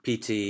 PT